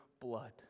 blood